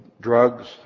drugs